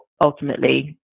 ultimately